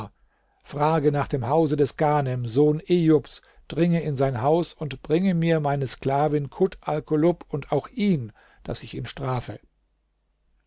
frage nach dem hause des ghanem sohn ejubs dringe in sein haus und bringe mir meine sklavin kut alkulub und auch ihn daß ich ihn strafe